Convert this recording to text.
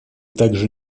также